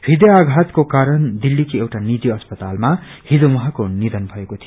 ड्रुदय घात को कारण दिल्लीको एउटा निजी अस्पतालामा हिज उहाँको निषन भएको थियो